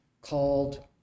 called